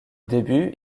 début